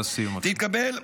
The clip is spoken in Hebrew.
לסיום, בבקשה.